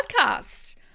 podcast